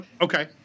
Okay